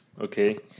Okay